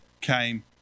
came